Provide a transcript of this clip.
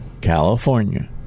California